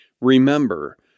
Remember